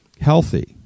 healthy